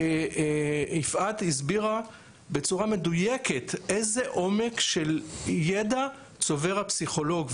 יפעת הסבירה בצורה מדויקת איזה עומק של ידע הפסיכולוג צובר.